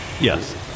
Yes